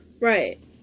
Right